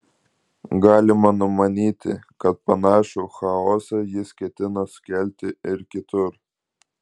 galima numanyti kad panašų chaosą jis ketina sukelti ir kitur